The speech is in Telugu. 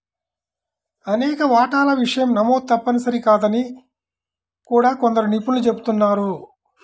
అనేక వాటాల విషయం నమోదు తప్పనిసరి కాదని కూడా కొందరు నిపుణులు చెబుతున్నారు